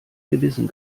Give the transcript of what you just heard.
gewissen